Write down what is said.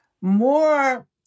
more